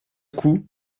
coup